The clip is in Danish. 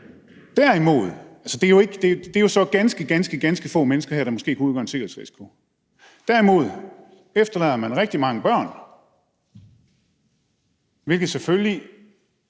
Derimod efterlader man rigtig mange børn, hvilket selvfølgelig